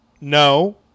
No